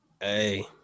Hey